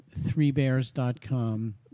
threebears.com